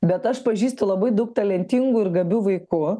bet aš pažįstu labai daug talentingų ir gabių vaikų